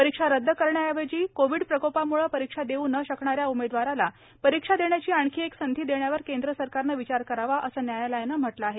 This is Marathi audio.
परीक्षा रदद करण्याऐवजी कोविड प्रकोपामुळे परीक्षा देऊ न शकणाऱ्या उमेदवाराला परीक्षा देण्याची आणखी एक संधी देण्यावर केंद्र सरकारनं विचार करावा असं न्यायालयानं म्हटलं आहे